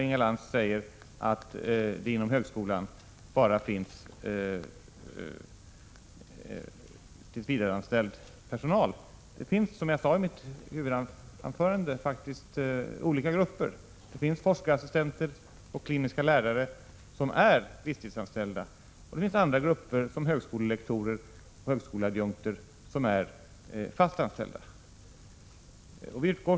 Inga Lantz säger att det inom högskolan bara finns tillsvidareanställd personal. Det är inte korrekt. Det finns, som jag sade i mitt huvudanförande, faktiskt olika grupper, bl.a. forskarassistenter och kliniska lärare, som är visstidsanställda. Det finns andra grupper, som högskolelektorer och högskoleadjunkter, som är tillsvidareanställda.